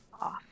off